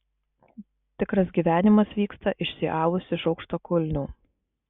tikras gyvenimas vyksta išsiavus iš aukštakulnių